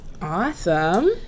Awesome